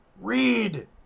Read